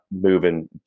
moving